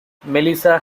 melissa